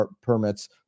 permits